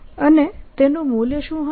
અને તેનું મૂલ્ય શું હશે